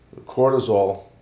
Cortisol